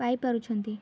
ପାଇ ପାରୁଛନ୍ତି